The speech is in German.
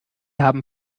haben